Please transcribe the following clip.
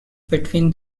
between